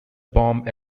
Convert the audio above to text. bomb